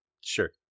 Sure